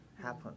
happen